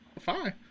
Fine